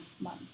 month